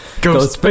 ghost